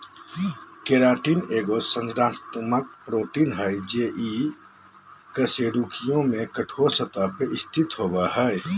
keratin एगो संरचनात्मक protein हइ जे कई कशेरुकियों में कठोर सतह पर स्थित होबो हइ